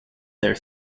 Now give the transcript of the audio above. their